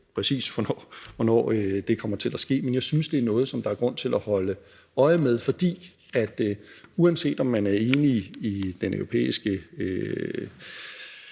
præcis, hvornår det kommer til at ske, men jeg synes, det er noget, som der er grund til at holde øje med. For uanset om man er enig i vores